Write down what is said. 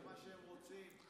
זה מה שהם רוצים.